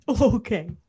Okay